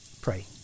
Pray